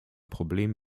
problemen